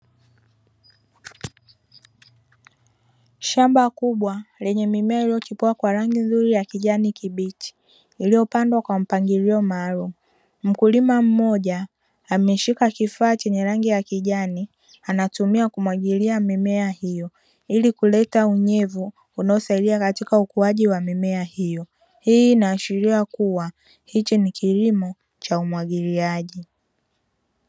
Shamba kubwa lenye mimea iliyochipua yenye rangi ya kiijani kibichi, iliyopandwa kwa mpangilio maalumu. Mkulima mmoja ameshika kifaa chenye rangi ya kijani anatumia kumwagilia mimea hiyo ili kuleta unyevu unaosaidia katika ukuaji wa mimea hiyo. Hii inaashiria kuwa, hichi ni kilimo cha umwagiliaji.